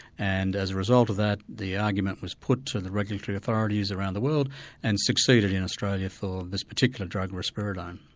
and as a result of that the argument was put to the regulatory authorities around the world and succeeded in australia for this particular drug, risperdal.